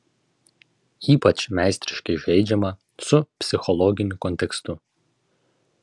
ypač meistriškai žaidžiama su psichologiniu kontekstu